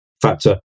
factor